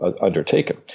undertaken